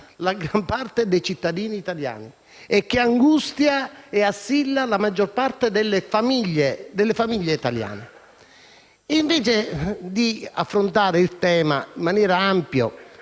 la gran parte dei cittadini italiani e assilla la maggior parte delle famiglie italiane. Anziché affrontare il tema in maniera ampia,